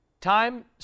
time